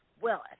Willis